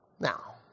Now